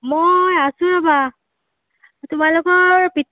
মই আছোঁ ৰ'বা তোমালোকৰ ভিত